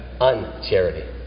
uncharity